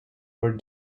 for